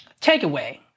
takeaway